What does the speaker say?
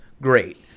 great